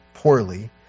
Poorly